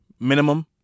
Minimum